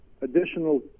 additional